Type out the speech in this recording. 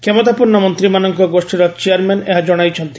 କ୍ଷମତାପନ୍ନ ମନ୍ତ୍ରୀମାନଙ୍କ ଗୋଷ୍ଠୀର ଚେୟାରମ୍ୟାନ୍ ଏହା ଜଣାଇଛନ୍ତି